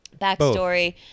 backstory